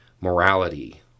morality